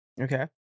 Okay